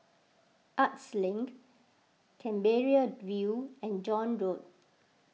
Arts Link Canberra View and John Road